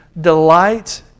delight